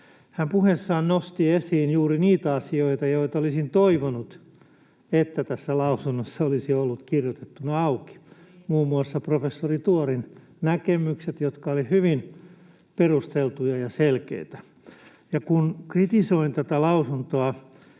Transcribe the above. Hän puheessaan nosti esiin juuri niitä asioita, joita olisin toivonut, että tässä lausunnossa olisi ollut kirjoitettuna auki, muun muassa professori Tuorin näkemykset, jotka olivat hyvin perusteltuja ja selkeitä. Kun kritisoin tätä lausuntoa,